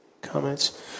Comments